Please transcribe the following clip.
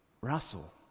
Russell